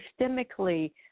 systemically